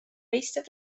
eistedd